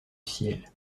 ciel